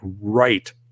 right